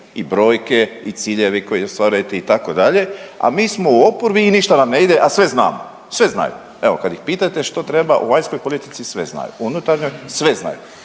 i brojke, i ciljevi koje ostvarujte itd., a mi smo u oporbi i ništa vam ne ide, a sve znam, sve znaju. Evo kad ih pitate što treba u vanjskoj politici sve znaju u unutarnjoj sve znaju.